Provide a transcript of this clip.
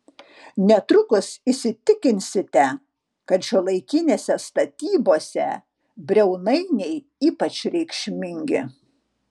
netrukus įsitikinsite kad šiuolaikinėse statybose briaunainiai ypač reikšmingi